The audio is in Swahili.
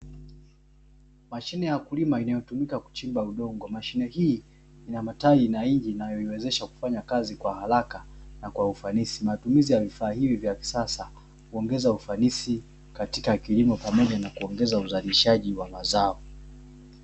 Mashine ya kulima inayotumika kuchimba udongo, mashine hii ina matawi na injini inayoiwezesha kufanya kazi kwa haraka na kwa ufanisi. Matumizi ya vifaa hivi vya kisasa huongeza ufanisi katika kilimo pamoja na kuongeza uzalishaji wa mazao.